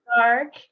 dark